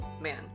Man